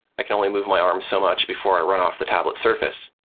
i can only move my arm so much before i run off the tablet surface.